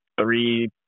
three